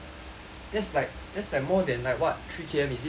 that's like that's more than like what three K_M is it